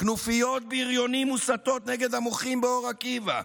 כנופיות בריונים מוסתות נגד המוחים באור עקיבא,